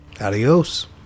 Adios